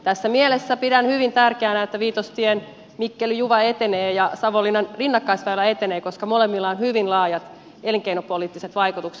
tässä mielessä pidän hyvin tärkeänä että viitostien mikkelijuva ja savonlinnan rinnakkaisväylä etenevät koska molemmilla on hyvin laajat elinkeinopoliittiset vaikutukset